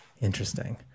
Interesting